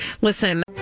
Listen